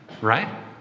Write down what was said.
right